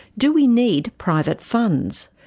do we need private funds?